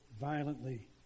violently